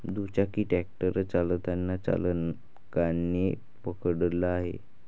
दुचाकी ट्रॅक्टर चालताना चालकाने पकडला आहे